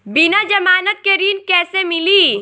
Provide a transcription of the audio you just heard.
बिना जमानत के ऋण कैसे मिली?